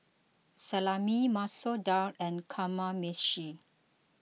Salami Masoor Dal and Kamameshi